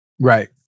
Right